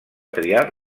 triar